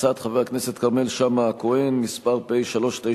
הצעת חבר הכנסת כרמל שאמה-הכהן, מס' פ/3941/18.